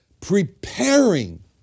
preparing